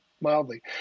mildly